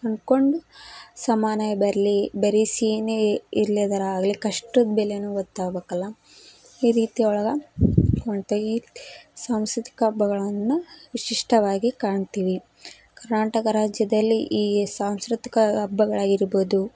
ಅಂದ್ಕೊಂಡು ಸಮನಾಗಿ ಬರಲಿ ಬರೀ ಸಿಹಿನೇ ಇರ್ಲಿದರಾಗ್ಲಿ ಕಷ್ಟದ ಬೆಲೆನೂ ಗೊತ್ತಾಗ್ಬೇಕಲ್ಲ ಈ ರೀತಿ ಒಳಗೆ ಸಾಂಸ್ಕೃತಿಕ ಹಬ್ಬಗಳನ್ನು ವಿಶಿಷ್ಟವಾಗಿ ಕಾಣ್ತೀವಿ ಕರ್ನಾಟಕ ರಾಜ್ಯದಲ್ಲಿ ಈ ಸಾಂಸ್ಕೃತಿಕ ಹಬ್ಬಗಳಾಗಿರ್ಬೋದು